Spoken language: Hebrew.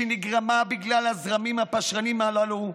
שנגרמה בגלל הזרמים הפשרניים הללו,